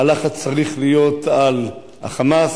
הלחץ צריך להיות על ה"חמאס".